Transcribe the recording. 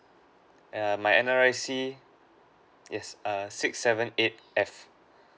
err my N_R_I_C is err six seven eight F